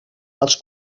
els